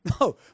No